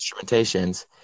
instrumentations